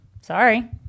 Sorry